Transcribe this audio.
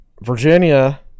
Virginia